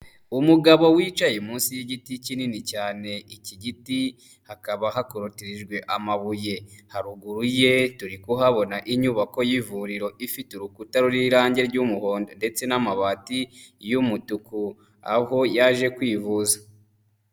Umugabo wicaye munsi y'igiti kinini cyane, iki giti hakaba hakorutirijwe amabuye. Haruguru ye turi kuhabona inyubako y'ivuriro ifite urukuta rw'irangi ry'umuhondo ndetse n'amabati y'umutuku aho yaje kwivuza.